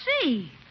see